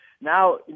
now